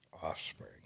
Offspring